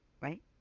right